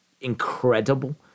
incredible